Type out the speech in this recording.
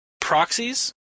proxies